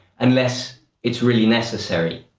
unless it's really necessary.